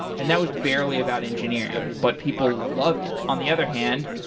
and that was barely about engineering, but people loved it. on the other hand,